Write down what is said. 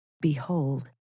Behold